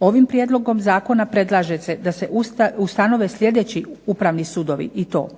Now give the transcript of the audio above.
Ovim prijedlogom zakona predlaže se da se ustanove sljedeći upravni sudovi i to: